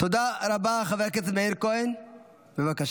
תודה רבה חבר הכנסת מאיר כהן, בבקשה.